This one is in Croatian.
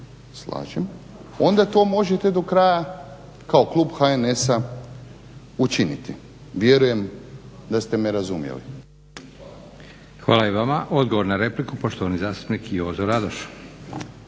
onda to možete do kraja kao klub HNS-a učiniti. Vjerujem da ste me razumjeli.